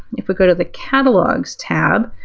if we go to the catalogs tab,